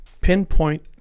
pinpoint